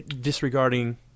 Disregarding